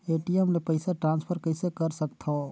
ATM ले पईसा transfer कइसे कर सकथव?